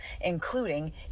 including